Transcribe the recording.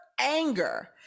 anger